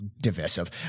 divisive